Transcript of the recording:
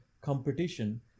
competition